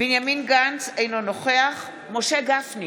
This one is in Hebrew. בנימין גנץ, אינו נוכח משה גפני,